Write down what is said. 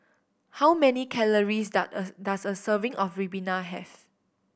how many calories does a serving of ribena have